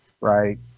right